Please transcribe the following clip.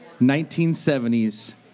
1970s